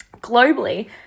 globally